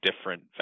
different